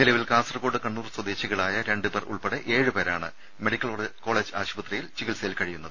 നിലവിൽ കാസർകോട് കണ്ണൂർ സ്വദേ ശികളായ രണ്ടുപേർ ഉൾപ്പെടെ ഏഴുപേരാണ് മെഡിക്കൽ കോളേജിൽ ചികിത്സയിൽ കഴിയുന്നത്